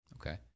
Okay